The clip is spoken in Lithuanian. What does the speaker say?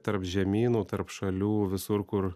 tarp žemynų tarp šalių visur kur